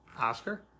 Oscar